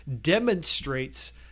demonstrates